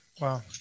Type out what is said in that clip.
wow